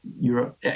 Europe